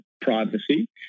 privacy